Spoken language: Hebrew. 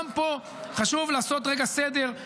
גם פה חשוב לעשות רגע סדר.